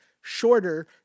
shorter